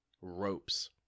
ropes